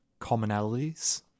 commonalities